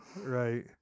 Right